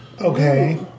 Okay